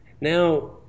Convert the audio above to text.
Now